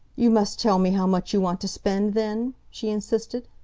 you must tell me how much you want to spend, then? she insisted.